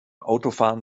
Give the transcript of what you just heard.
autofahren